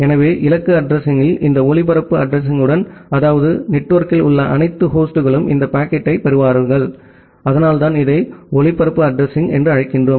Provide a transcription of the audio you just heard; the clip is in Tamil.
எனவே இலக்கு அட்ரஸிங்யில் இந்த ஒளிபரப்பு அட்ரஸிங்யுடன் அதாவது அந்த நெட்வொர்க்கில் உள்ள அனைத்து ஹோஸ்ட்களும் அந்த பாக்கெட்டைப் பெறுவார்கள் அதனால்தான் இதை ஒளிபரப்பு அட்ரஸிங்என்று அழைக்கிறோம்